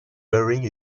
wearing